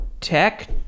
tech